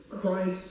Christ